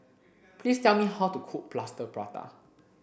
please tell me how to cook plaster prata